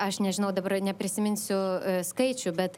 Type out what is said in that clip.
aš nežinau dabar neprisiminsiu skaičių bet